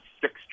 six